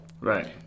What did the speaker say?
Right